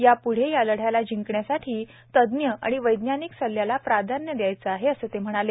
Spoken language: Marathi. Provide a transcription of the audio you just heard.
याप्ढे ला लढा जिंकण्यासाठी तज्ञ आणि वैज्ञानिक सल्ल्याला प्राधान्य द्यायचं आहे असं ते म्हणाले